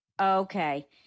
Okay